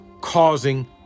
causing